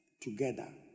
together